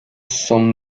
son